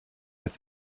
had